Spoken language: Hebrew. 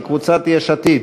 של קבוצת יש עתיד.